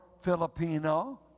Filipino